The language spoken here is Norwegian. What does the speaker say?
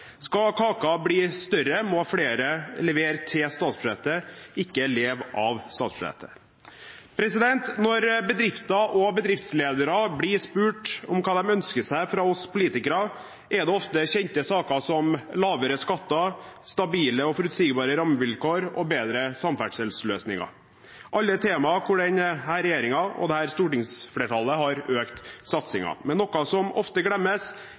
Skal kaken bli større, må flere levere til statsbudsjettet, ikke leve av statsbudsjettet. Når bedrifter og bedriftsledere blir spurt om hva de ønsker seg av oss politikere, er det ofte kjente saker som lavere skatter, stabile og forutsigbare rammevilkår og bedre samferdselsløsninger. Alle er temaer hvor denne regjeringen og dette stortingsflertallet har økt satsingen. Men noe som ofte glemmes,